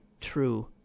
true